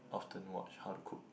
often watch how to cook